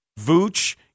Vooch